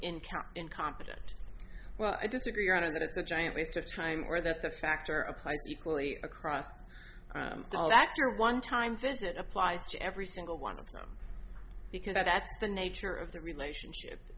encounter incompetent well i disagree on that it's a giant waste of time or that the factor applies equally across all that or one time visit applies to every single one of them because that's the nature of the relationship